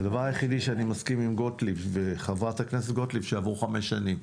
הדבר היחיד שאני מסכים עם חברת הכנסת גוטליב זה שעברו חמש שנים,